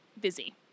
busy